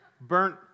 Burnt